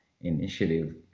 initiative